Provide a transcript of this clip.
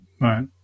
right